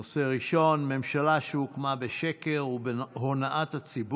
מאת חבר